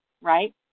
right